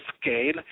scale